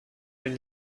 den